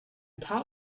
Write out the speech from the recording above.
paar